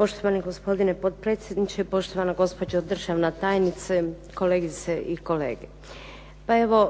poštovani gospodine potpredsjedniče, poštovana gospođo državna tajnice, kolegice i kolege. Pa evo